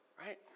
right